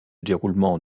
déroulement